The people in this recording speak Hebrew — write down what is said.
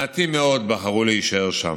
מעטים מאוד בחרו להישאר שם.